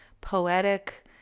poetic